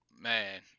man